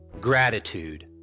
gratitude